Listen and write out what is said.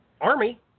army